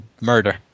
murder